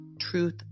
truth